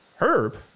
Herb